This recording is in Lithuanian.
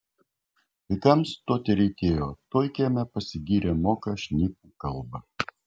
vaikams to tereikėjo tuoj kieme pasigyrė moką šnipų kalbą